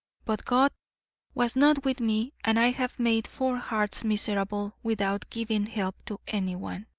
but god was not with me and i have made four hearts miserable without giving help to anyone.